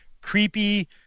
creepy